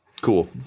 Cool